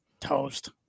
toast